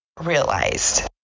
realized